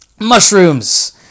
Mushrooms